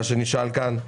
מה שנשאל כאן,